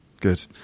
good